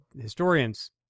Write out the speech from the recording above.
historians